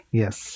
yes